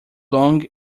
long